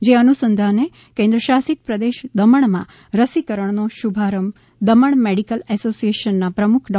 જે અનુસંધાને કેન્દ્રશાસિત પ્રદેશ દમણમાં રસીકરણનો શુભારંભ દમણ મેડીકલ એસોસિયેશના પ્રમૂખ ડો